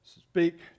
speak